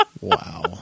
Wow